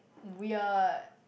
wired